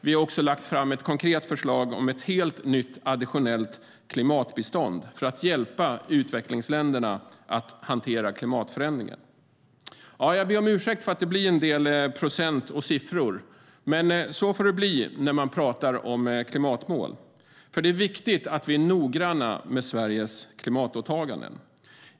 Vi har också lagt fram ett konkret förslag om ett helt nytt additionellt klimatbistånd för att hjälpa utvecklingsländerna att hantera klimatförändringen. Jag ber om ursäkt för att det blir en del procent och siffror, men så får det bli när man talar om klimatmål. Det är viktigt att vi är noggranna med Sveriges klimatåtaganden.